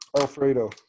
Alfredo